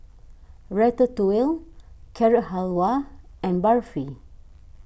Ratatouille Carrot Halwa and Barfi